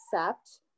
accept